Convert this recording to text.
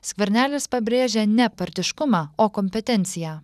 skvernelis pabrėžė ne partiškumą o kompetenciją